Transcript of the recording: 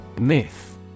Myth